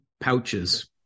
pouches